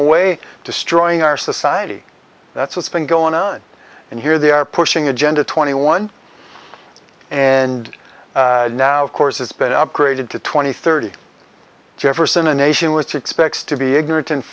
away destroying our society that's what's been going on and here they are pushing agenda twenty one and now of course it's been upgraded to twenty thirty jefferson a nation which expects to be ignorant and